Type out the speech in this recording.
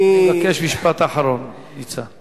אני מבקש משפט אחרון, ניצן.